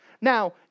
Now